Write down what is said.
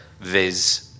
Viz